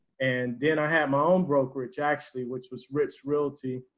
and then i had my own brokerage actually, which was rich realty.